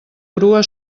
grua